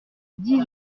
dix